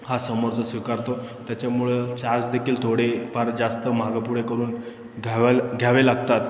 हा समोरचा स्वीकारतो त्याच्यामुळं चार्जदेखील थोडे फार जास्त मागे पुढे करून घ्यावल घ्यावे लागतात